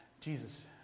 Jesus